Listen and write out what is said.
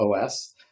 os